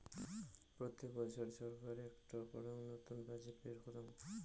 প্রত্যেক বছর ছরকার একটো করাং নতুন বাজেট বের করাং